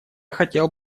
хотел